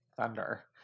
thunder